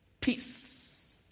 peace